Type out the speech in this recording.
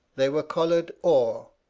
they were collared or,